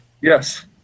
Yes